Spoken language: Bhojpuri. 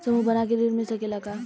समूह बना के ऋण मिल सकेला का?